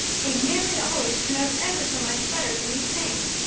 they nearly always turn out ever so much better than you think.